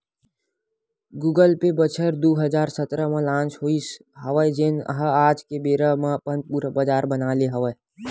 Google Pay बछर दू हजार सतरा म लांच होइस हवय जेन ह आज के बेरा म अपन पुरा बजार बना ले हवय